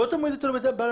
לא תמיד זה תלוי בעסק.